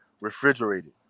refrigerated